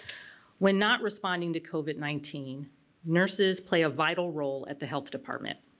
when not responding to covid nineteen nurses play a vital role at the health department.